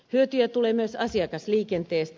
hyötyjä tulee myös asiakasliikenteestä